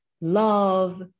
love